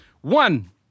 One